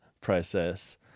process